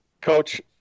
coach